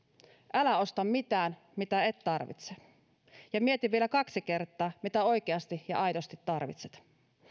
älä osta mitään mitä et tarvitse ja mieti vielä kaksi kertaa mitä oikeasti ja aidosti tarvitset